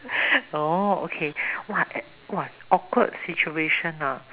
orh okay !woah! awkward situation ah